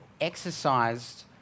exercised